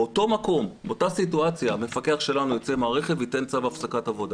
באותה סיטואציה המפקח שלנו יוצא מהרכב ונותן צו הפסקת עבודה.